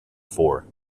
for